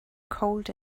cold